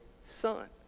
son